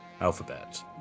alphabet